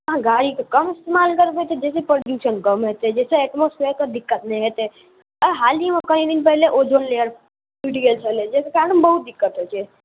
आओर गाड़ीके कम इस्तेमाल करबै तऽ बेसी प्रदूषण कम हेतै जैसे एटमोसफेयरके दिक्कत नहि हेतै आओर हाल हीमे कनी दिन पहिले ओजोन लेयर टूटि गेल छलै जकर कारण बहुत दिक्कत होइ छै